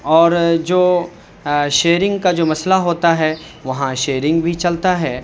اور جو شیئرنگ کا جو مسئلہ ہوتا ہے وہاں شیئرنگ بھی چلتا ہے